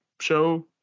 show